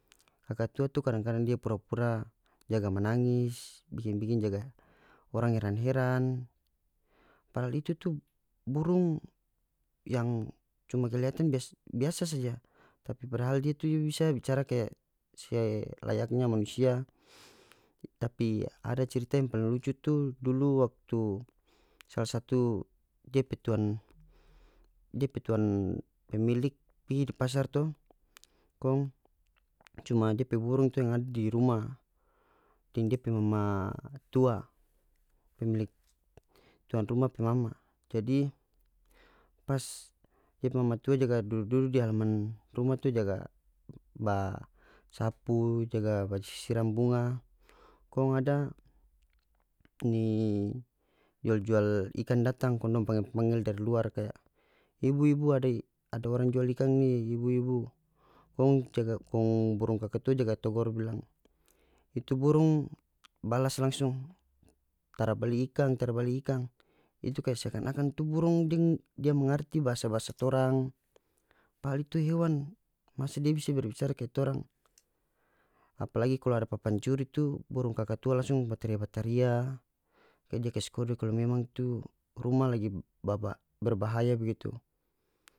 Kakatua tu kadang-kadang dia pura-pura jaga manangis bikin-bikin jaga oranag heran-heran padahal itu tu burung yang cuma keliatan biasa saja tapi padahal dia tu bisa bicara kaya selayaknya manusia tapi ada cerita yang paling lucu tu dulu waktu salah satu dia pe tuan depe tuan pemilik pigi di pasar to kong cuma dia pe burung tu yang ada di rumah deng dia pe mama tua pemilik tuan rumah pe mama jadi pas depe mama tua jaga dudu-dudu di halaman rumah tu jaga ba sapu jaga ba siram bunga kong ada ini jual-jual ikan datang kong dong panggel-panggel dari luar kaya ibu-ibu ada ada orang jual ikan ni ibu-ibu kong jaga kong burung kakatua jaga togor bilang itu burung balas langsung tara bali ikan tara bali ikan itu kaya seakan-akan tu burung deng dia mangarti bahasa-bahasa torang padahal itu hewan masa dia bisa berbicara kaya torang apalagi kalu ada papancuri itu burung kakatua langsung bataria-bataria kaya dia kas kode kalu memang tu rumah lagi berbahaya begitu.